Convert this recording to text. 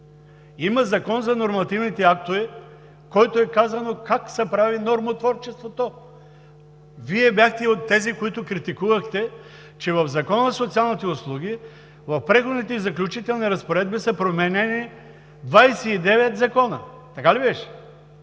Има Закон за нормативните актове, в който е казано как се прави нормотворчеството. Вие бяхте от тези, които критикувахте, че в Закона за социалните услуги в Преходните и заключителните разпоредби са променени 29 закона. Така ли беше?